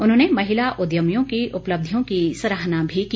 उन्होंने महिला उद्यमियों की उपलब्धियों की सराहना भी की